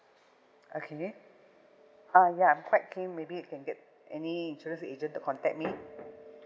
okay uh ya I'm quite keen maybe you can get any insurance agent to contact me